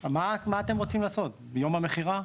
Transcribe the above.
מה אתם רוצים לעשות, יום המכירה?